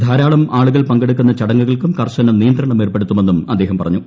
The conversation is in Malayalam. ധാരാളം ആളുകൾ പങ്കെടുക്കുന്ന ചടങ്ങുകൾക്കും കർശന നിയന്ത്രണമേർപ്പെടുത്തുമെന്നും അദ്ദേഹം പറഞ്ഞു